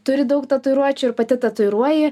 turi daug tatuiruočių ir pati tatuiruoji